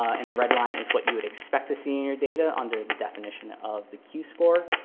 and the red line is what you would expect to see in your data under the definition of the q score.